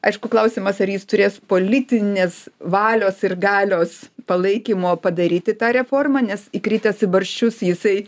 aišku klausimas ar jis turės politinės valios ir galios palaikymo padaryti tą reformą nes įkritęs į barščius jisai